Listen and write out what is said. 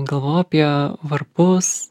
galvojau apie varpus